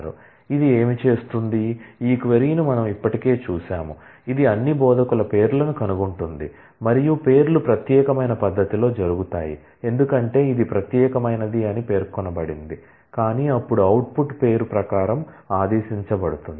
కాబట్టి ఇది ఏమి చేస్తుంది ఈ క్వరీను మనం ఇప్పటికే చూశాము ఇది అన్ని బోధకుల పేర్లను కనుగొంటుంది మరియు పేర్లు ప్రత్యేకమైన పద్ధతిలో జరుగుతాయి ఎందుకంటే ఇది ప్రత్యేకమైనది అని పేర్కొనబడింది కాని అప్పుడు అవుట్పుట్ పేరు ప్రకారం ఆదేశించబడుతుంది